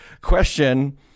Question